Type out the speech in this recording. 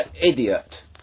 idiot